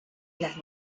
las